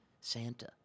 Santa